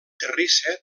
terrissa